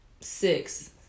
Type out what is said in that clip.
six